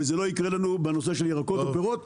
ושזה לא יקרה לנו בנושא ירקות ופירות,